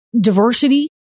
diversity